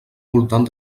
voltant